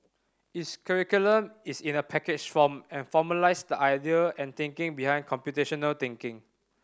its curriculum is in a packaged form and formalised the idea and thinking behind computational thinking